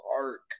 arc